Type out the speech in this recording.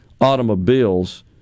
automobiles